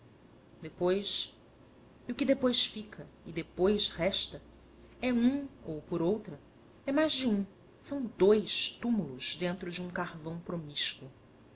e o que depois fica e depois resta é um ou por outra é mais de um são dois túmulos dentro de um carvão promíscuo